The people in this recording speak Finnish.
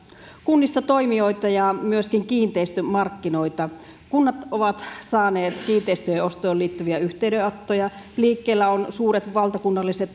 kunnissa toimijoita ja myöskin kiinteistömarkkinoita kunnat ovat saaneet kiinteistöjen ostoon liittyviä yhteydenottoja liikkeellä ovat suuret valtakunnalliset